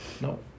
No